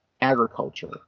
agriculture